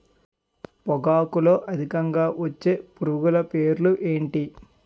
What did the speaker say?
పొగాకులో అధికంగా వచ్చే పురుగుల పేర్లు ఏంటి